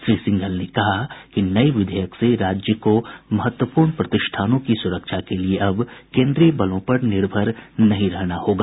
श्री सिंघल ने कहा कि नये विधेयक से राज्य को महत्वपूर्ण प्रतिष्ठानों की सुरक्षा के लिये अब केन्द्रीय बलों पर निर्भर नहीं रहना होगा